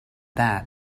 that